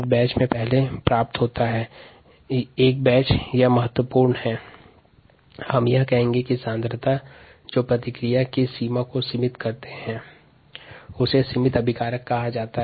batch में जिस क्रियाकारक की सांद्रता अभिक्रिया को सीमित करती है उसे सिमित क्रिया कारक कहा जाता है